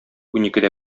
уникедә